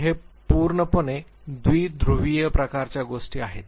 तर हे पूर्णपणे द्विध्रुवीय प्रकारच्या गोष्टी आहेत